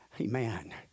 Amen